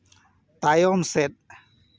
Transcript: ᱛᱟᱭᱚᱢ ᱥᱮᱫ